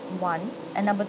one and number